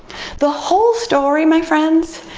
the whole story, my friends,